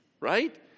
Right